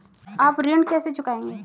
आप ऋण कैसे चुकाएंगे?